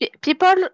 people